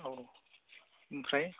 औ ओमफ्राय